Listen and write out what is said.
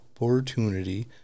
opportunity